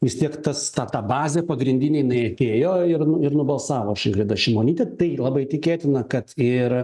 vis tiek tas ta ta bazė pagrindinė jinai atėjo ir nu ir nubalsavo už ingridą šimonytę tai labai tikėtina kad ir